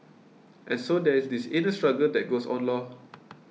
and so there is this inner struggle that goes on lor